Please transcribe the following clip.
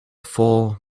full